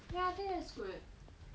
ya I think that's good